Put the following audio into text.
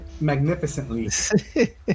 magnificently